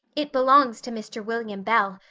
it belongs to mr. william bell,